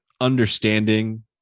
understanding